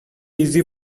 easy